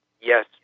yes